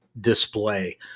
display